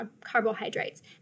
carbohydrates